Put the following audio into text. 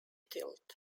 tilt